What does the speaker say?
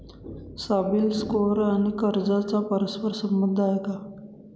CIBIL score आणि कर्जाचा परस्पर संबंध आहे का?